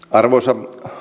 arvoisa